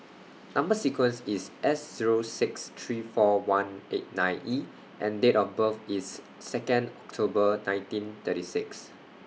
Number sequence IS S Zero six three four one eight nine E and Date of birth IS Second October nineteen thirty six